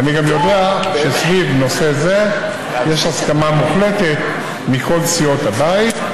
ואני גם יודע שסביב נושא זה יש הסכמה מוחלטת מכל סיעות הבית,